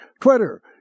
Twitter